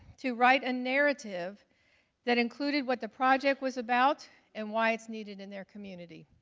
to write a narrative that included what the project was about and why it's needed in their community.